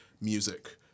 music